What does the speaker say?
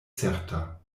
certa